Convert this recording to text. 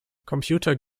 computer